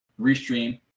restream